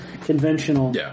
conventional